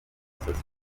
sosiyete